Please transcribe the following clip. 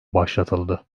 başlatıldı